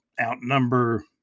outnumber